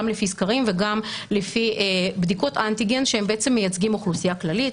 גם לפי סקרים וגם לפי בדיקות אנטיגן שהם בעצם מייצגים אוכלוסייה כללית.